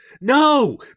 No